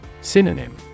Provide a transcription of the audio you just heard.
Synonym